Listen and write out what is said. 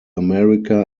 america